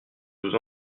vous